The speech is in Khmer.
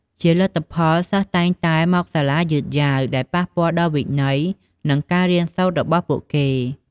ជាលទ្ធផល សិស្សតែងតែ មកសាលាយឺតយ៉ាវ ដែលប៉ះពាល់ដល់វិន័យ និងការរៀនសូត្ររបស់ពួកគេ។